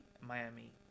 Miami